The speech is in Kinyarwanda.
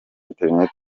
internet